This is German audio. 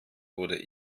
wurde